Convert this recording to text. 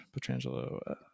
Petrangelo